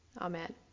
Amen